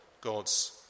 God's